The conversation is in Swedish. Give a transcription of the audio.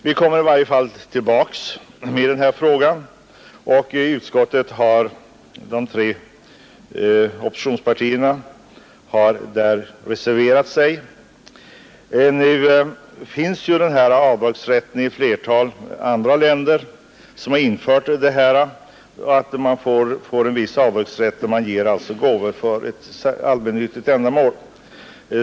Vi kommer ändå tillbaka med detta krav, och i utskottet har de tre oppositionspartierna reserverat sig. I ett flertal andra länder har man infört regeln att medborgarna får en viss avdragsrätt då de ger gåvor till ett allmännyttigt ändamål.